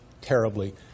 Terribly